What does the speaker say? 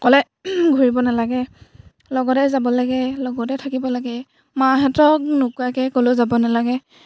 অকলে ঘূৰিব নালাগে লগতে যাব লাগে লগতে থাকিব লাগে মাহঁতক নোকোৱাকৈ ক'লৈও যাব নালাগে